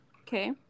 Okay